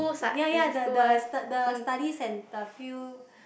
ya ya the the the the studies and the field